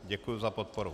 Děkuji za podporu.